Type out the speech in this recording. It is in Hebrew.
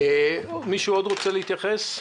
עוד מישהו רוצה להתייחס?